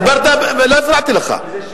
דיברת ולא הפרעתי לך.